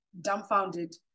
dumbfounded